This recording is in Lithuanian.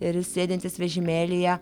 ir sėdintys vežimėlyje